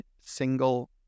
single